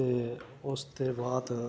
ते उसदे बाद